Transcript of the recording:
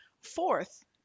Fourth